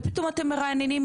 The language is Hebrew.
ופתאום אתם מרעננים,